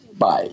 bye